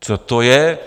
Co to je?